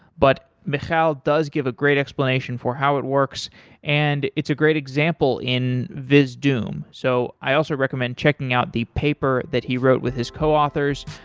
but michal does give great explanation for how it works and it's a great example in vizdoom. so i also recommend checking out the paper that he wrote with his coauthors,